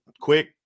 quick